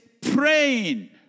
praying